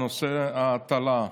את נושא ההטלה.